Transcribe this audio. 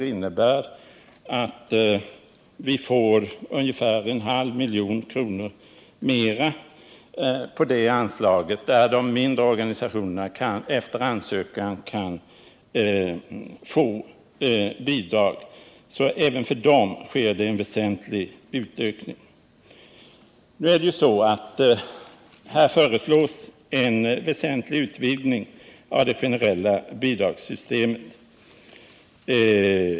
Det medför att vi får ungefär en halv miljon kronor mer på det anslag, varifrån de mindre organisationerna efter ansökan kan få bidrag. Även för dessa sker det alltså en väsentlig utökning. Det föreslås en väsentlig utvidgning av det generella bidragssystemet.